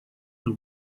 will